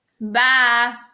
Bye